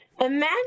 Imagine